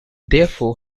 therefore